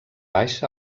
baix